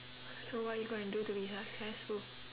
so what are you going to do to be successful